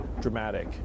dramatic